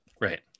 Right